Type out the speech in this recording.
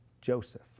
Joseph